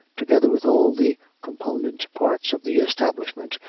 together with all the component parts of the establishment,